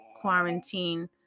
quarantine